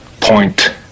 point